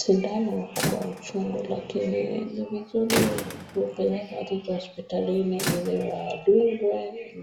Sindano hukuwa uchungu lakini ni vizuri kupeleka watoto hospitalini ili wadungwe